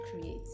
create